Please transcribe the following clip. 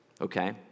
Okay